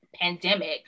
pandemic